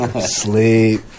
Sleep